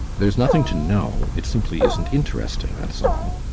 there is nothing to know. it simply isn't interesting, that's all.